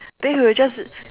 then he will just